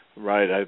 Right